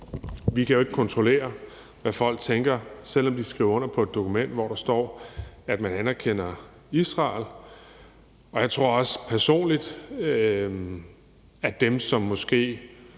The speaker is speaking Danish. Vi kan jo ikke kontrollere, hvad folk tænker, selv om de skriver under på et dokument, hvor der står, at man anerkender Israel. Jeg tror også personligt, at dem, som måske